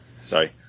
sorry